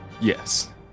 Yes